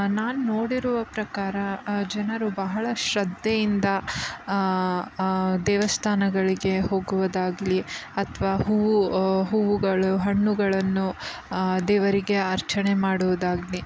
ನಾನು ನೋಡಿರುವ ಪ್ರಕಾರ ಆ ಜನರು ಬಹಳ ಶ್ರದ್ಧೆಯಿಂದ ದೇವಸ್ಥಾನಗಳಿಗೆ ಹೋಗುವುದಾಗಲೀ ಅಥ್ವಾ ಹೂವು ಹೂವುಗಳು ಹಣ್ಣುಗಳನ್ನು ದೇವರಿಗೆ ಅರ್ಚನೆ ಮಾಡುವುದಾಗಲೀ